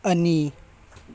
ꯑꯅꯤ